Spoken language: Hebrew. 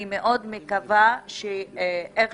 אני מאד מקווה שאיך